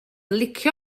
licio